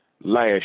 last